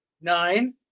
nine